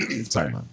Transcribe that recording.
Sorry